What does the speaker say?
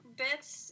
bits